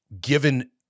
given